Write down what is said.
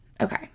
Okay